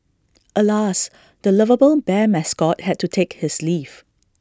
alas the lovable bear mascot had to take his leave